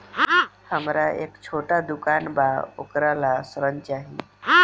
हमरा एक छोटा दुकान बा वोकरा ला ऋण चाही?